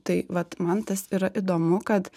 tai vat man tas yra įdomu kad